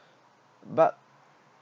but